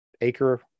acre